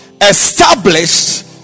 established